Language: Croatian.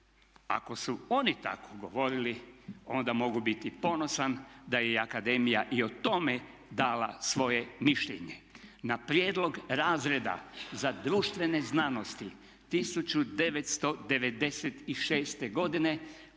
Ako su oni tako govorili onda mogu biti ponosan da je i akademija i o tome dala svoje mišljenje. Na prijedlog razreda za društvene znanosti 1996. godine